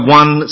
one